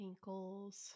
Ankles